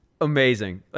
amazing